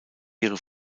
ihre